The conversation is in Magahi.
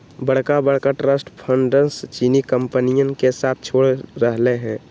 बड़का बड़का ट्रस्ट फंडस चीनी कंपनियन के साथ छोड़ रहले है